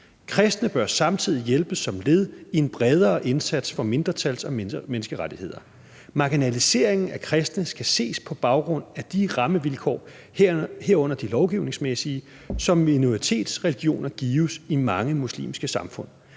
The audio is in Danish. Kristne bør samtidig hjælpes som led i en bredere indsats for mindretals- og menneskerettigheder. Marginaliseringen af kristne skal ses på baggrund af de rammevilkår, herunder de lovgivningsmæssige, som minoritetsreligioner gives i mange muslimske samfund.